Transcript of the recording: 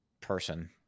person